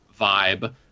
vibe